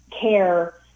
care